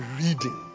reading